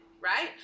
right